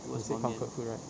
you said comfort food right